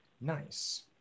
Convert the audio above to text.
Nice